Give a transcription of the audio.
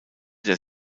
der